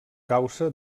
causa